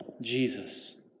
Jesus